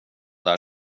där